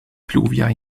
pluvia